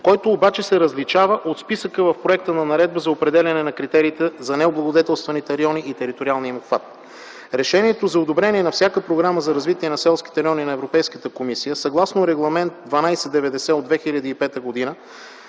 който обаче се различава от списъка в проекта на Наредба за определяне на критериите за необлагодетелстваните райони и териториалния им обхват. Решението за одобрение на всяка Програма за развитие на селските райони на Европейската комисия съгласно Регламент 1290/2005 относно